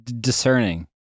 discerning